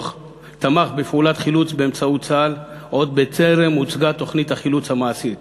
תמך בפעולת חילוץ באמצעות צה"ל עוד בטרם הוצגה תוכנית החילוץ המעשית.